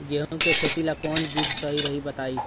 गेहूं के खेती ला कोवन बीज सही रही बताई?